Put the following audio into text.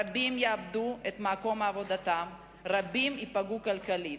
רבים יאבדו את מקום עבודתם, רבים ייפגעו כלכלית.